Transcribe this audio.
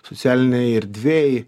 socialinėj erdvėj